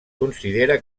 considera